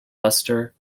buster